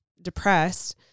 depressed